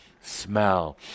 smell